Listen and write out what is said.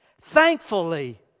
Thankfully